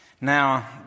Now